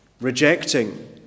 rejecting